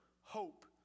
hope